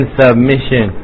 submission